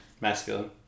Masculine